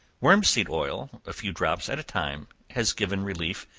wormseed oil, a few drops at a time, has given relief,